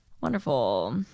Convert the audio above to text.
Wonderful